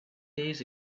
days